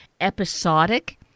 episodic